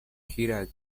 gira